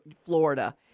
Florida